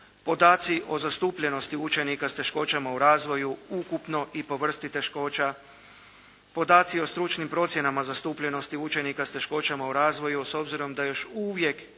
podaci o zastupljenosti učenika s teškoćama u razvoju ukupno i po vrsti teškoća, podaci o stručnim procjenama zastupljenosti učenika s teškoćama u razvoju s obzirom da još uvijek